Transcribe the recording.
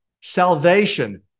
Salvation